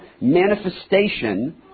manifestation